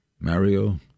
Mario